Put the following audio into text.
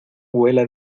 huela